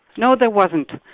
no, there wasn't,